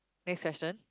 next question